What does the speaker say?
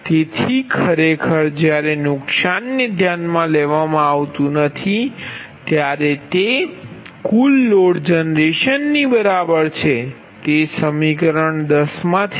તેથી ખરેખર જ્યારે નુકસાનને ધ્યાનમાં લેવામાં આવતું નથી ત્યારે તે કુલ લોડ જનરેશન ની બરાબર છે તે સમીકરણ 10 માંથી છે